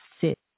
sit